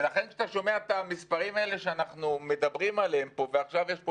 ולכן כשאתה שומע את המספרים האלה שאנחנו מדברים עליהם פה ועכשיו יש פה